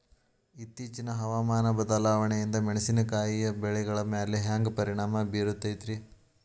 ಇತ್ತೇಚಿನ ಹವಾಮಾನ ಬದಲಾವಣೆಯಿಂದ ಮೆಣಸಿನಕಾಯಿಯ ಬೆಳೆಗಳ ಮ್ಯಾಲೆ ಹ್ಯಾಂಗ ಪರಿಣಾಮ ಬೇರುತ್ತೈತರೇ?